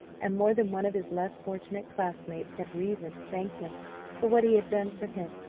and more than one of his less fortunate classmates had reason to thank him for what he had done for him.